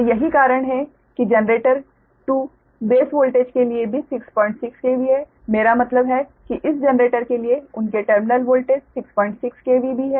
तो यही कारण है कि जनरेटर 2 बेस वोल्टेज के लिए भी 66 KV है मेरा मतलब है कि इस जनरेटर के लिए उनके टर्मिनल वोल्टेज 66 KV भी हैं